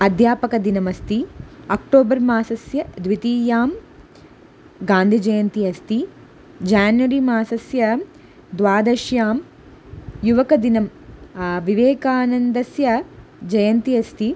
अध्यापकदिनमस्ति अक्टोबर् मासस्य द्वितीयां गान्धिजयन्ति अस्ति जान्रि मासस्य द्वादश्यां युवकदिनं विवेकानन्दस्य जयन्ति अस्ति